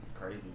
Crazy